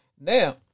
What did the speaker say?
Now